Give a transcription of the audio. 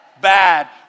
bad